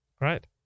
Right